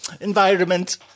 environment